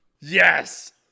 Yes